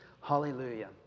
Hallelujah